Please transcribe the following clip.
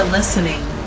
Listening